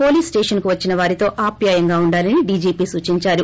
police స్టేషనుకు వచ్చిన వారితో అప్యాయంగా వుండాలని డి జి పి సూచిందారు